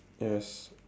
yes